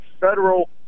federal